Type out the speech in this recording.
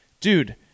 dude